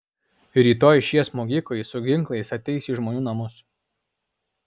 rytoj šie smogikai su ginklais ateis į žmonių namus